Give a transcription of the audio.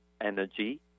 Energy